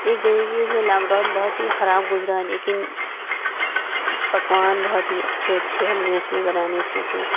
ایک طریقے سے لاک ڈاؤن بہت ہی خراب گذرا لیکن پکوان بہت ہی اچھے اچھے ہم نے اس میں بنانے سیکھیں